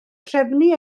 trefnu